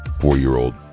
four-year-old